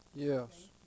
Yes